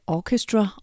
Orchestra